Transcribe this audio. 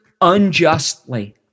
unjustly